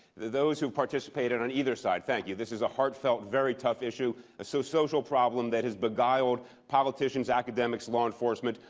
those who've participated on either side, thank you. this is a heartfelt, very tough issue a so social problem that has beguiled politicians, academics, law enforcement,